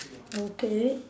okay